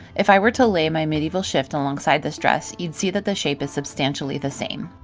if i were to lay my medieval shift alongside this dress, you'd see that the shape is substantially the same.